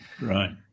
Right